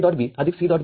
D E